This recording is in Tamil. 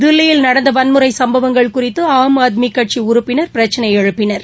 தில்லியில் நடந்த வன்முறை சும்பவங்கள் குறித்து ஆம் ஆத்மி கட்சி உறுப்பினர் பிரச்சனை எழுப்பினார்